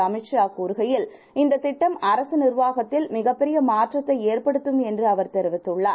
அமித்ஷாகூறுகையில் இந்ததிட்டம்அரசுநிர்வாகத்தில்மிகப்பெரியமாற்றத்தைஏற்படுத்தும்என்றுஅவர்தெரி வித்துள்ளார்